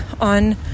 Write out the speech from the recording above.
on